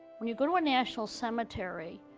when you go to a national cemetery,